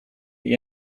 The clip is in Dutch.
die